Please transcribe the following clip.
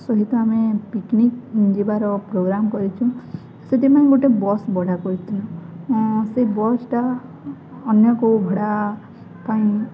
ସହିତ ଆମେ ପିକନିକ୍ ଯିବାର ପ୍ରୋଗ୍ରାମ୍ କରିଛୁ ସେଥିପାଇଁ ଗୋଟେ ବସ୍ ଭଡ଼ା କରିଥିଲୁ ସେଇ ବସ୍ଟା ଅନ୍ୟକୁ ଭଡ଼ା ପାଇଁ